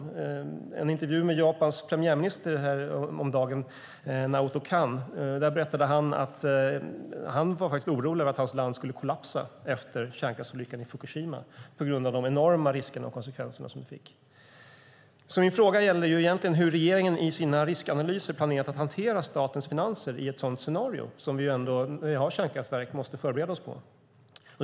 I en intervju med Japans premiärminister, Naoto Kan, häromdagen berättade han att han var orolig för att hans land skulle kollapsa efter kärnkraftsolyckan i Fukushima på grund av de enorma riskerna och de konsekvenser som den fick. Min fråga gällde egentligen hur regeringen i sina riskanalyser planerar att hantera statens finanser i ett sådant scenario som vi måste förbereda oss på när vi har kärnkraftverk.